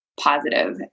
positive